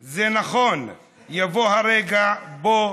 / זה נכון, יבוא הרגע בו